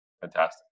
fantastic